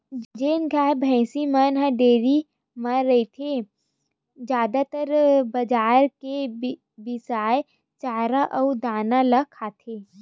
जेन गाय, भइसी मन ह डेयरी म रहिथे जादातर बजार के बिसाए चारा अउ दाना ल खाथे